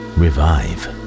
revive